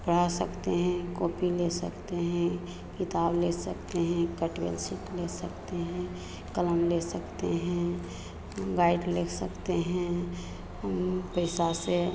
पढ़ा सकते हैं कॉपी ले सकते हैं किताब ले सकते हैं ले सकते हैं कलम ले सकते हैं गाइड ले सकते हैं पैसा से